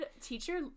teacher